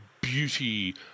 beauty